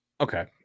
Okay